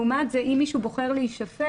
לעומת זה, אם מישהו בוחר להישפט,